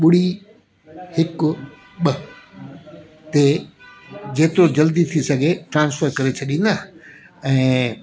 ॿुड़ी हिकु ॿ ते जेतिरो जल्दी थी सघे ट्रांसफर करे छॾींदा ऐं